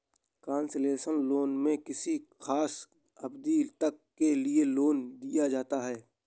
concessional loan में किसी खास अवधि तक के लिए लोन दिया जाता है